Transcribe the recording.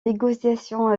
négociation